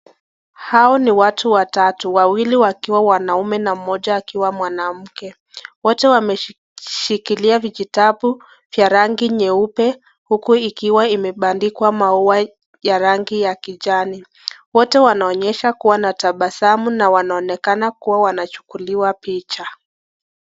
Hao ni watu watatu, wawili wakiwa wanaume na mmoja akiwa mwanamke . Wote wameshikilia vijitabu vya rangi nyeupe, huku ikiwa imebandikwa maua ya rangi ya kijani. Wote wanaonyesha kuwa na tabasamu na wanaonekana kuwa wanachukuliwa picha .